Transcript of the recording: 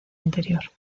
anterior